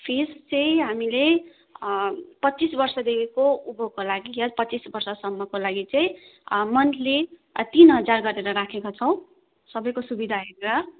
fees चाहिँ हामीले पच्चिस वर्षदेखिको उँभोको लागि वा पच्चिस वर्षसम्मको लागि चाहिँ मन्थली तिन हजार गरेर राखेका छौँ सबैको सुविधा हेरेर